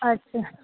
अच्छा